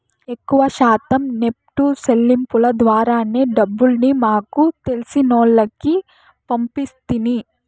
ఎక్కవ శాతం నెప్టు సెల్లింపుల ద్వారానే డబ్బుల్ని మాకు తెలిసినోల్లకి పంపిస్తిని